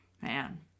Man